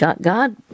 God